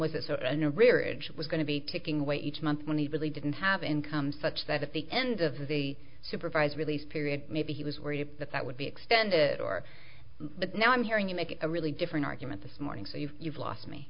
overage was going to be picking away each month when he really didn't have income such that at the end of the supervised release period maybe he was worried that that would be extended or but now i'm hearing you make a really different argument this morning so you've you've lost me